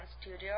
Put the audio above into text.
studio